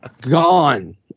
gone